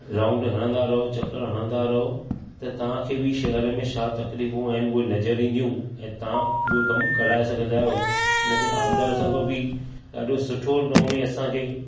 round हणंदा रहो चकर हणंदा रहो त तव्हां खे बि शहर में छा तकलीफ़ूं आहिनि हू नज़र ईंदीयूं ऐं तव्हां उहो कमु कराए सघंदा आहियो उन ते आमदार साहबु बि ॾाढो सुठो नमूने असांखे